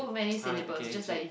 uh okay Jay